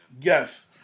Yes